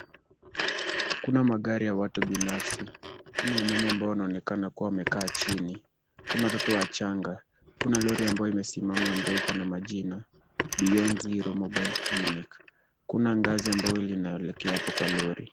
Kuna magari ya watu binafsi, kuna wamama ambao wanaonekana kuwa wamekaa chini, kuna watoto wachanga, kuna lori ambayo imesimama ambayo iko na majina beyond zero mobile clinic , kuna ngazi ambayo linaelekea hapo kwa lori.